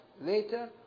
later